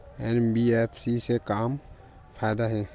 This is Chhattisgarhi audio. एन.बी.एफ.सी से का फ़ायदा हे?